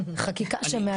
חקיקה שמעגנת.